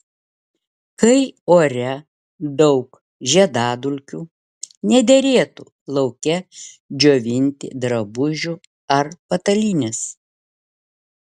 kai ore daug žiedadulkių nederėtų lauke džiovinti drabužių ar patalynės